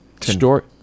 Store